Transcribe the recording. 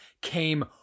came